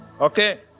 Okay